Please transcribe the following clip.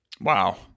Wow